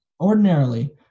ordinarily